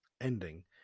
ending